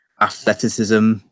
athleticism